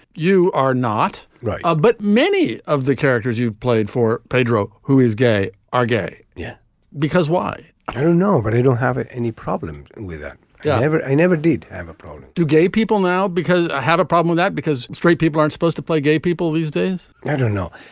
you are not right. but many of the characters you've played for pedro who is gay are gay. yeah because why i don't know but i don't have ah any problem with that. yeah i never i never did have a problem do gay people now because i have a problem with that because straight people aren't supposed to play gay people these days i don't know.